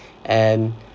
and